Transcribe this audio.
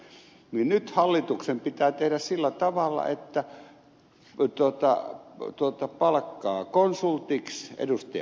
niin nyt hallituksen pitää tehdä sillä tavalla että palkkaa konsultiksi ed